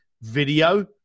video